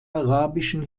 arabischen